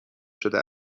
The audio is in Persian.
شده